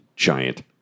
giant